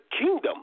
kingdom